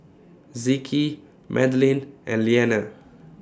Zeke Madelene and Leaner